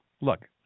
Look